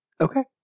Okay